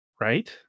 Right